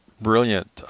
brilliant